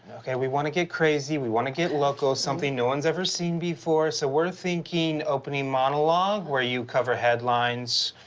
okay, we want to get crazy. we want to get loco. something no one's ever seen before. so we're thinking opening monologue where you cover headlines,